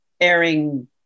airing